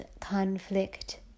conflict